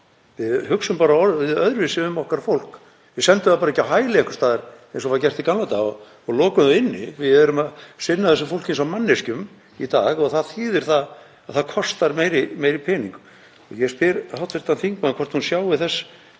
við hugsum bara orðið öðruvísi um okkar fólk. Við sendum það ekki bara á hæli einhvers staðar eins og var gert í gamla daga og lokum það inni. Við erum að sinna þessu fólki eins og manneskjum í dag og það þýðir að það kostar meiri pening. Ég spyr hv. þingmann hvort hún sjái þess